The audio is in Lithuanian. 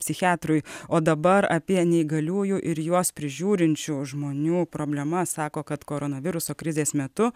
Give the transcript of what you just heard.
psichiatrui o dabar apie neįgaliųjų ir juos prižiūrinčių žmonių problema sako kad koronaviruso krizės metu